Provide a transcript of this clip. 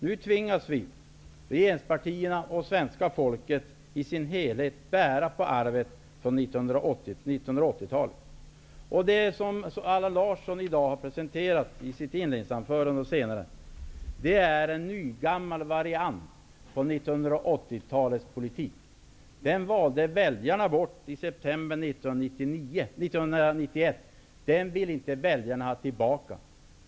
Nu tvingas regeringspartierna och hela svenska folket att bära arvet från 1980-talet. Det som Allan Larsson i dag har presenterat i sitt inledningsanförande och även senare i debatten är en nygammal variant från 1980-talets politik. Men den valde väljarna bort i september 1991, och den vill väljarna inte ha tillbaka.